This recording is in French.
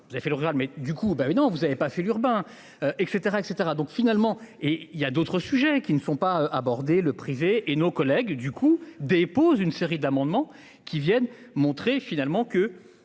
Vous avez fait le rural mais du coup ben non vous avez pas fait l'urbain et cetera et cetera donc finalement et il y a d'autres sujets qui ne font pas abordé le privé et nos collègues du coup dépose une série d'amendements qui viennent montrer finalement que.